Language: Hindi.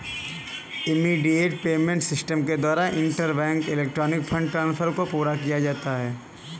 इमीडिएट पेमेंट सिस्टम के द्वारा इंटरबैंक इलेक्ट्रॉनिक फंड ट्रांसफर को पूरा किया जाता है